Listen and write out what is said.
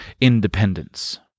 independence